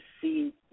see